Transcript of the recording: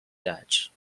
dutch